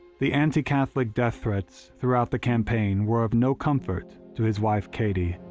the anti-catholic death threats throughout the campaign were of no comfort to his wife katie,